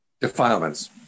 Defilements